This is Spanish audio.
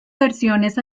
versiones